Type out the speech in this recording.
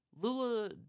Lula